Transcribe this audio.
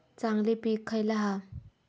चांगली पीक खयला हा?